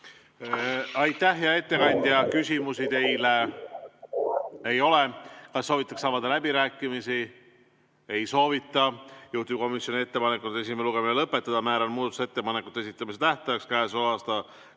Aitäh, hea ettekandja! Küsimusi teile ei ole. Kas soovitakse avada läbirääkimisi? Ei soovita. Juhtivkomisjoni ettepanek on esimene lugemine lõpetada. Määran muudatusettepanekute esitamise tähtajaks k.a 22.